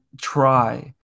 try